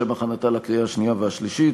מ/894, לשם הכנתה לקריאה השנייה והשלישית,